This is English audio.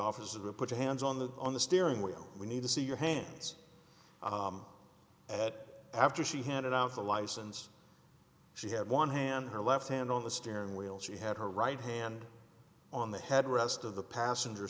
the put her hands on the on the steering wheel we need to see your hands at after she handed out the license she had one hand her left hand on the steering wheel she had her right hand on the head rest of the passenger